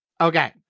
Okay